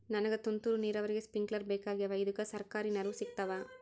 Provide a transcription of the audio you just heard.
ನನಗ ತುಂತೂರು ನೀರಾವರಿಗೆ ಸ್ಪಿಂಕ್ಲರ ಬೇಕಾಗ್ಯಾವ ಇದುಕ ಸರ್ಕಾರಿ ನೆರವು ಸಿಗತ್ತಾವ?